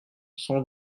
cent